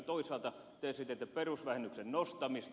toisaalta te esititte perusvähennyksen nostamista